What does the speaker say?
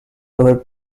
our